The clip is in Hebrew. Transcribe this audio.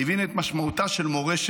הוא הבין את משמעותה של מורשת,